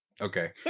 okay